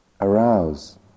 Arouse